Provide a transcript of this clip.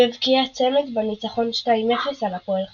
והבקיע צמד בניצחון 2–0 על הפועל חיפה.